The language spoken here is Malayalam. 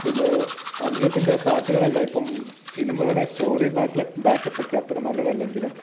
പിന്നെ അനിരുദ്ധിൻ്റെ പാട്ടുകൾ എല്ലാം ഇപ്പം സിനിമയുടെ സ്റ്റോറി ബ്ലാക്ക്ള്ബ് ബാക്കപ്പ് ഒക്കെ അത്ര നല്ലതല്ലെങ്കിലും